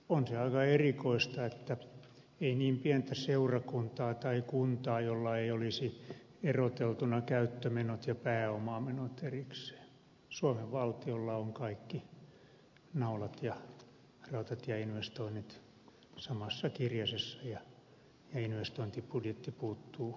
on se aika erikoista että ei niin pientä seurakuntaa tai kuntaa jolla ei olisi eroteltuna käyttömenot ja pääomamenot erikseen mutta suomen valtiolla on kaikki naulat ja rautatieinvestoinnit samassa kirjasessa ja investointibudjetti puuttuu tyystin